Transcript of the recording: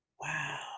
Wow